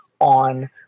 on